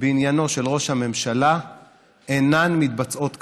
בעניינו של ראש הממשלה אינן מתבצעות כראוי.